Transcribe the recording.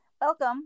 welcome